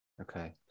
Okay